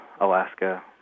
Alaska